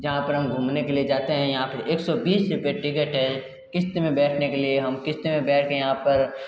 जहाँ पर हम घूमने के लिए जाते है यहाँ एक सौ बीस रुपए टिकट है किस्त में बैठने के लिए हम किस्त में बैठ कर यहाँ पर